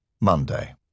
MONDAY